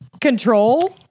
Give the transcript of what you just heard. Control